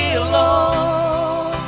alone